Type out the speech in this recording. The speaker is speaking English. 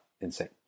insane